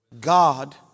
God